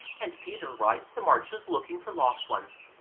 and peter rides the marches looking for lost ones,